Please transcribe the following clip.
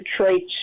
traits